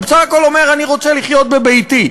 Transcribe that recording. הוא בסך הכול אומר: אני רוצה לחיות בביתי,